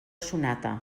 sonata